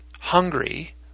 hungry